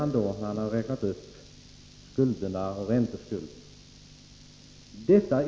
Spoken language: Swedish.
Han hade räknat upp skulderna och räntorna.